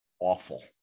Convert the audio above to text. awful